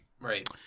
Right